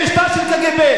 אין לי משפט של קג"ב.